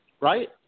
right